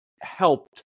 helped